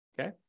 Okay